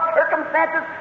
circumstances